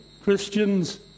Christians